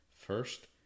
First